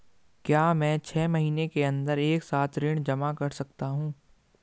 क्या मैं छः महीने के अन्दर एक साथ ऋण जमा कर सकता हूँ?